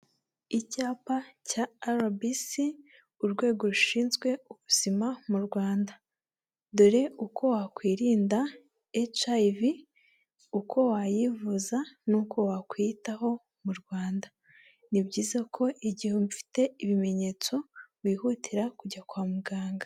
Icyapa cya RBC urwego rushinzwe ubuzima mu Rwanda, dore uko wakwirinda HIV, uko wayivuza n'uko wakwiyitaho mu Rwanda. Ni byiza ko igihe ufite ibimenyetso wihutira kujya kwa muganga.